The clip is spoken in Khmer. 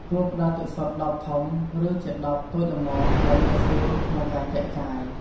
គួរផ្តល់ទឹកសុទ្ធដបធំ ឬជាដបតូចល្មមដែលងាយស្រួលក្នុងការចែកចាយ។